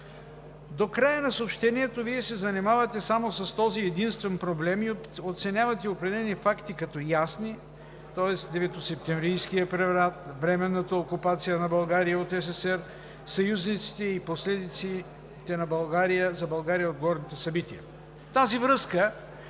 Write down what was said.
До края на съобщението Вие се занимавате само с този и единствен проблем и оценявате определени факти като ясни, тоест деветосептемврийския преврат, временната окупация на България от ССР, съюзниците ѝ и последиците за България от горното събитие. В тази връзка